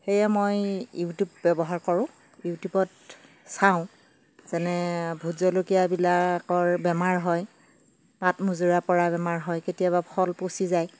সেয়ে মই ইউটিউব ব্যৱহাৰ কৰোঁ ইউটিউবত চাওঁ যেনে ভোট জলকীয়াবিলাকৰ বেমাৰ হয় পাত মোজোৰা পৰা বেমাৰ হয় কেতিয়াবা ফল পচি যায়